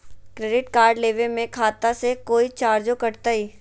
Credit card लेवे में खाता से कोई चार्जो कटतई?